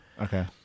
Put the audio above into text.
okay